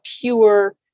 pure